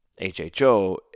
HHO